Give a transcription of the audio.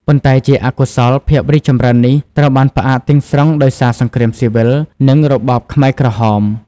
ប៉ុន្តែជាអកុសល ភាពរីកចម្រើននេះត្រូវបានផ្អាកទាំងស្រុងដោយសារសង្គ្រាមស៊ីវិល និងរបបខ្មែរក្រហម។